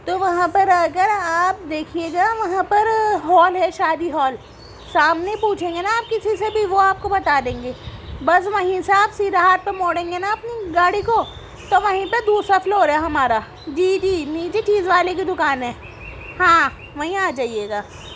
تو وہاں پر آ کر آپ دیکھئے گا وہاں پر ہال ہے شادی ہال سامنے پوچھیں گے نا آپ کسی سے بھی وہ آپ کو بتا دیں گے بس وہیں سے آپ سیدھا ہاتھ پہ موڑیں گے نا اپنی گاڑی کو تو وہیں پہ دوسرا فلور ہے ہمارا جی جی نیچے چیز والے کی دُکان ہے ہاں وہیں آ جایئے گا